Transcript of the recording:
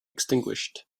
extinguished